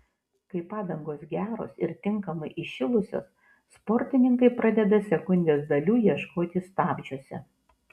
kai padangos geros ir tinkamai įšilusios sportininkai pradeda sekundės dalių ieškoti stabdžiuose